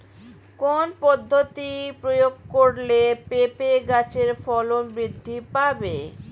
কোন পদ্ধতি প্রয়োগ করলে পেঁপে গাছের ফলন বৃদ্ধি পাবে?